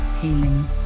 healing